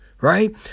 right